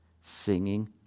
Singing